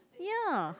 ya